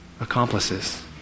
accomplices